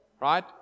right